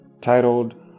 titled